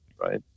right